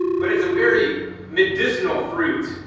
but it's a very medicinal fruit,